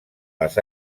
les